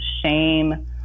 shame